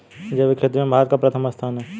जैविक खेती में भारत का प्रथम स्थान है